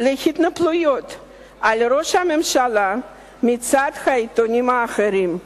להתנפלויות על ראש הממשלה מצד העיתונים האחרים.